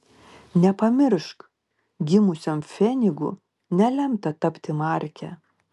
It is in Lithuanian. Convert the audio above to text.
nepamiršk gimusiam pfenigu nelemta tapti marke